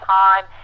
time